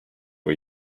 for